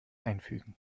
einfügen